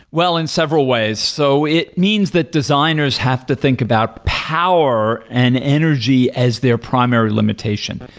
well, in several ways. so it means that designers have to think about power and energy as their primary limitation.